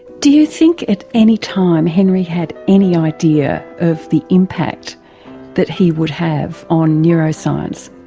do you think at anytime henry had any idea of the impact that he would have on neuroscience?